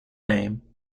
name